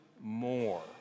more